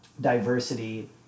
diversity